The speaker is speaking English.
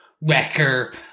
Wrecker